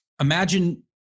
imagine